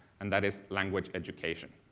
and that is language education.